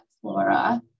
flora